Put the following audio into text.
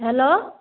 hello